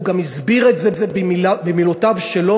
והוא גם הסביר את זה במילותיו שלו,